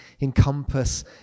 encompass